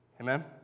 Amen